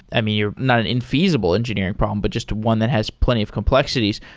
i mean, you're not an infeasible engineering problem, but just one that has plenty of complexities.